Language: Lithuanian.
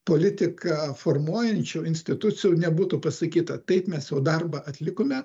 politiką formuojančių institucijų nebūtų pasakyta taip mes jau darbą atlikome